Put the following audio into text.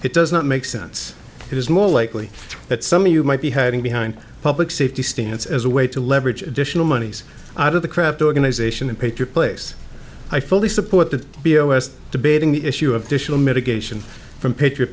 it does not make sense it is more likely that some of you might be hiding behind a public safety stance as a way to leverage additional monies out of the craft organization and put your place i fully support the b o s debating the issue of vishal mitigation from p